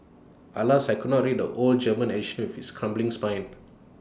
Alas I could not read the old German edition with its crumbling spine